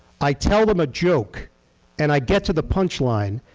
i tell them a joke and i get to the punch line.